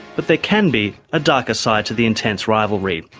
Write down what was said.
but there can be a darker side to the intense rivalry.